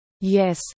Yes